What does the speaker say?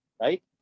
Right